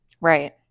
Right